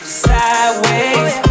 sideways